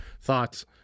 thoughts